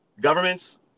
Governments